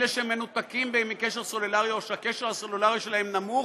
אלה שמנותקים מקשר סלולרי או שהקשר הסלולרי שלהם נמוך,